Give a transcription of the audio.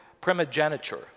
primogeniture